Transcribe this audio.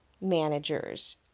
managers